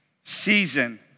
season